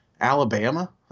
Alabama